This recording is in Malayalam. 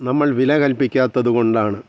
നമ്മൾ വില കല്പിക്കാത്തതുകൊണ്ടാണ്